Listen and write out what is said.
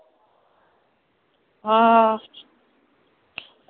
आं